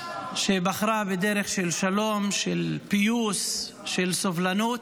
שבחרה בדרך של שלום, של פיוס, של סובלנות.